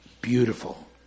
beautiful